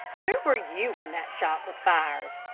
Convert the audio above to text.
where were you when that shot was fired?